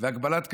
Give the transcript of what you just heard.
והגבלת קדנציות,